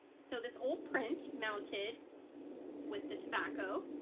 so this old print mounted with the tobacco.